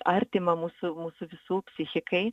artima mūsų mūsų visų psichikai